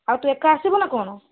ଆଉ ତୁ ଏକ ଆସିବୁ ନା କ'ଣ